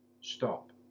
stop